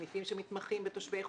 סניפים שמתמחים בתושבי חוץ.